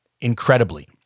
incredibly